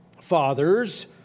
fathers